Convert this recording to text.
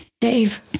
Dave